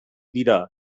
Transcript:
dira